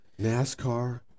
NASCAR